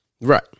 Right